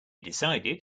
decided